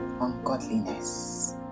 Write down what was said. ungodliness